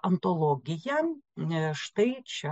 antologija štai čia